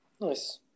nice